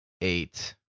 eight